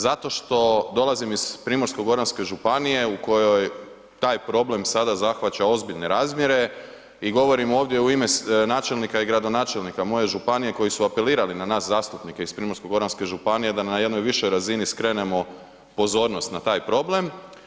Zato što dolazim iz Primorsko-goranske županije u kojoj taj problem sada zahvaća ozbiljne razmjere i govorim ovdje u ime načelnika i gradonačelnika moje županije koji su apelirali na nas zastupnike iz Primorsko-goranske županije da na jednoj višoj razini skrenemo pozornost na taj problem.